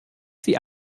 sie